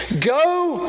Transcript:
Go